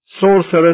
sorceress